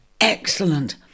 Excellent